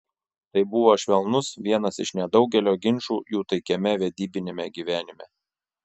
tai buvo švelnus vienas iš nedaugelio ginčų jų taikiame vedybiniame gyvenime